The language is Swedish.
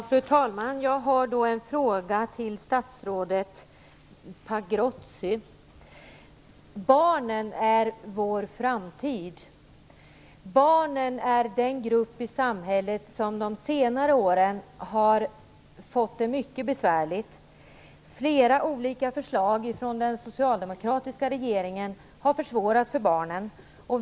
Fru talman! Jag har en fråga till statsrådet Pagrotsky. Barnen är vår framtid. De är en grupp i samhället som under senare år har fått det mycket besvärligt. Flera olika förslag från den socialdemokratiska regeringen har försvårat för barnen.